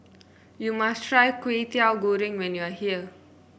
you must try Kway Teow Goreng when you are here